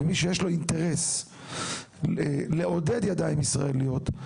כמי שיש לו אינטרס לעודד ידיים ישראליות,